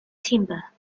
timber